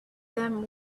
them